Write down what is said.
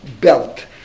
belt